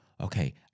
okay